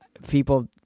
People